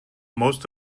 most